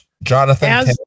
Jonathan